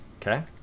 Okay